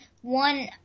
one